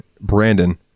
Brandon